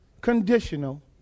conditional